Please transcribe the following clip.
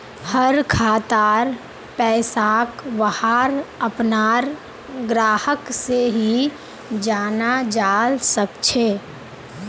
हर खातार पैसाक वहार अपनार ग्राहक से ही जाना जाल सकछे